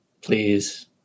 please